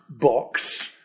box